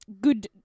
good